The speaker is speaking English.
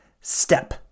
step